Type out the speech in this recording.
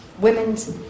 women's